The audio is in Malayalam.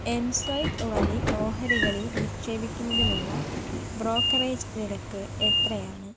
എംസ്വൈപ്പ് വഴി ഓഹരികളിൽ നിക്ഷേപിക്കുന്നതിനുള്ള ബ്രോക്കറേജ് നിരക്ക് എത്രയാണ്